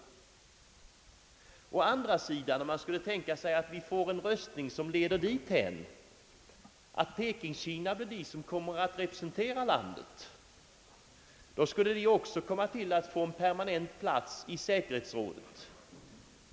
Om man å andra sidan skulle tänka sig att vi får en överenskommelse som leder dithän att Pekingkina kommer att representera Kina, skulle Pekingkina också få en permanent plats i säkerhetsrådet.